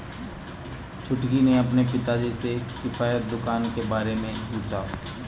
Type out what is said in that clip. छुटकी ने अपने पिताजी से किफायती दुकान के बारे में पूछा